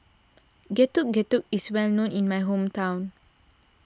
Getuk Getuk is well known in my hometown